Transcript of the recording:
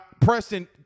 Preston